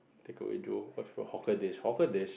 takeaway of your hawker dish hawker dish